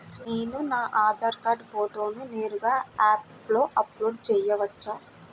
నేను నా ఆధార్ కార్డ్ ఫోటోను నేరుగా యాప్లో అప్లోడ్ చేయవచ్చా?